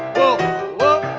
oh oh